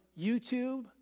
YouTube